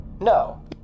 No